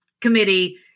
committee